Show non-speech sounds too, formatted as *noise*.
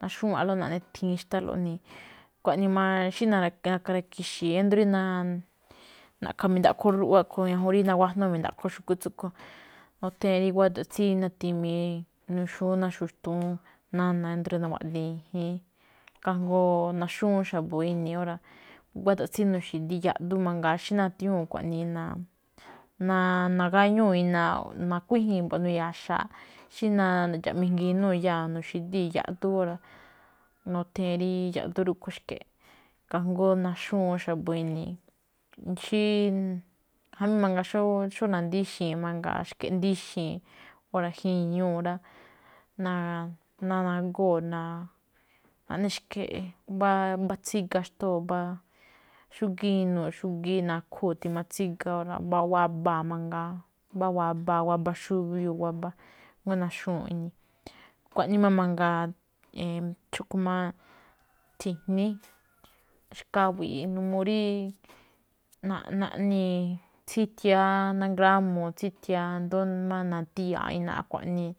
naxúwa̱nꞌlóꞌ *noise* naꞌne thiin xtálóꞌ iꞌnii̱. Xkuaꞌnii máꞌ xí na̱ka̱ ra̱ki̱xi̱i̱, ído̱ rí na̱-naꞌkha̱ mi̱ndaꞌkho ruꞌwa. A̱khue̱n ñajuun rí nagájnúú mi̱ndaꞌkho xu̱kú tsúꞌkhuen. Nuthee̱n rí guáda̱ꞌ tsí natimii, nuxúún ná xu̱xtúún nána̱ ído̱ nawaꞌdii̱n i̱jii̱n. Kajngó naxúwúun xa̱bo̱ ini̱i̱. Óra̱ guáda̱ꞌ tsí nu̱xi̱díí yaꞌdún mangaa, xí *noise* nathañúu xkuaꞌnii *hesitation* nagáñúu̱ inaaꞌ, o nakuíji̱i̱n mbo̱ꞌ nu̱ya̱xa̱a̱ꞌ. Xí nadxa̱ꞌ mijngi inúu̱ iyáa̱, nu̱xi̱díi̱ yaꞌdú. *noise* óra̱ nuthee̱n rí yaꞌdú rúꞌkhue̱n xke̱ꞌ. Kajngó naxúun xa̱bo̱ ini̱i̱, xí *hesitation* jamí mangaa xó na̱díxi̱i̱n mangaa xke̱ꞌ nadíxi̱i̱n. Óra̱ ji̱ñuu̱ rá. Ná *hesitation* nagóo̱ naꞌne xke̱ꞌ mbá-mba tsíga xtóo̱, mbá xúgíí inuu̱, xúgíí nakhúu̱ tima tsíga, mbá wabaa̱ mangaa, waba xubiuu̱, waba, jngó naxu̱únꞌ ini̱i̱. Xkuaꞌnii máꞌ mangaa *hesitation* xu̱kú *noise* tsi̱jní, xkawi̱i̱ꞌ n *hesitation* uu rí, na- naꞌnii̱, tsíthiyáá ná ngrámuu̱, tsíthiyáá i̱ndo̱ó máꞌ na̱tíya̱a̱ꞌ inaaꞌ xkuaꞌnii.